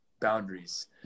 boundaries